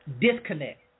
disconnect